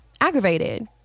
aggravated